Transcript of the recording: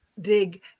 dig